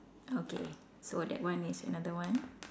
okay so that one is another one